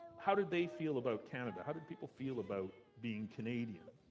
how did they feel about canada? how did people feel about being canadian?